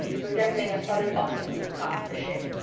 resembling a solid obstacle in the path of the ship.